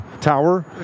tower